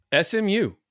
SMU